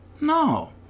No